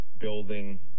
building